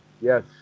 Yes